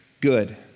good